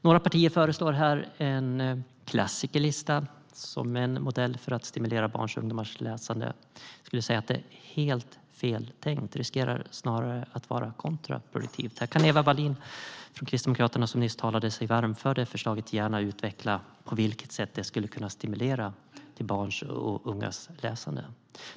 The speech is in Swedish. Några partier föreslår här en klassikerlista som en modell för att stimulera barns och ungdomars läsande. Jag skulle vilja säga att det är helt fel tänkt. Det riskerar snarare att vara kontraproduktivt. Här kan Eva Wallin från Kristdemokraterna, som nyss talade sig varm för förslaget, gärna utveckla på vilket sätt det skulle kunna stimulera barns och ungas läsande.